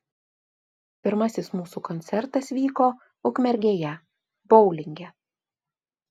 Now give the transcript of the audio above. pirmasis mūsų koncertas vyko ukmergėje boulinge